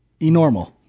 Enormal